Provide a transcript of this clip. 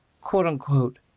quote-unquote